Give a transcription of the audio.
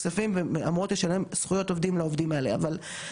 אבל רשות האוכלוסין שמחזיקה את זה בידיים האלה,